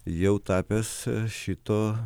jau tapęs šito